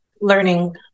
learning